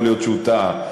יכול להיות שהוא טעה.